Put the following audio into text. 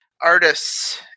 artists